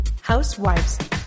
Housewives